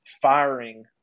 firing